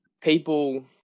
people